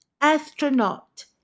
Astronaut